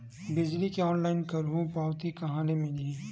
बिजली के ऑनलाइन करहु पावती कहां ले मिलही?